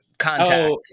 Contact